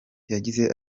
yagize